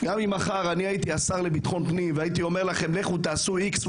גם אם מחר אני הייתי השר לביטחון פנים והייתי אומר לכם לעשות x,